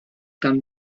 gan